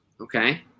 Okay